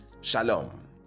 Shalom